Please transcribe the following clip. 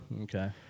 Okay